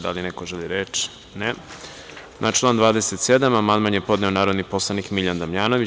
Da li neko želi reč? (Ne) Na član 27. amandman je podneo narodni poslanik Miljan Damjanović.